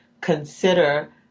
consider